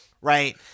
Right